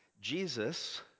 Jesus